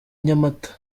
nyamata